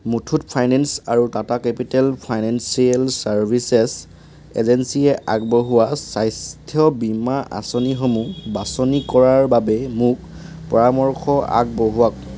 Muthoot finance আৰু Tata capital financial services এজেঞ্চিয়ে আগবঢ়োৱা স্বাস্থ্য বীমা আঁচনিসমূহ বাছনি কৰাৰ বাবে মোক পৰামৰ্শ আগবঢ়োৱাওক